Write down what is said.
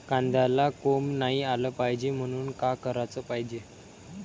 कांद्याला कोंब नाई आलं पायजे म्हनून का कराच पायजे?